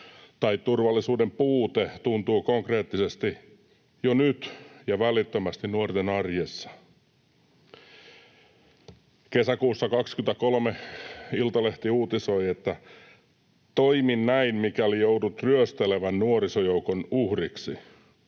tai turvallisuuden puute, tuntuu konkreettisesti jo nyt ja välittömästi nuorten arjessa. Kesäkuussa 23 Iltalehti uutisoi: ”Toimi näin, mikäli joudut ryöstelevän nuorisojoukon uhriksi”.